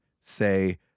say